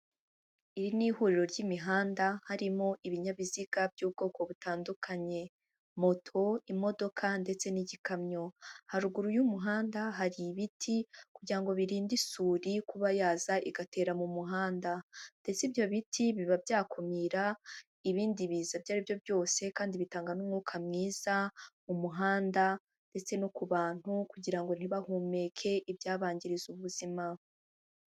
Iri ni ihuriro ry'imihanda harimo ibinyabiziga by'ubwoko butandukanye, moto, imodoka, ndetse n'igikamyo. Haruguru y'umuhanda hari ibiti kugira ngo biririnde isuri kuba yaza igatera mu muhanda. Ndetse ibyo biti biba byakumira ibindi biza ibyo ari byo byose kandi bitanga n'umwuka mwiza mu muhanda ndetse no ku bantu kugira ngo ntibahumeke ibyabangiriza ubuzima.